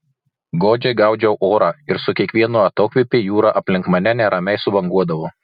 godžiai gaudžiau orą ir su kiekvienu atokvėpiu jūra aplink mane neramiai subanguodavo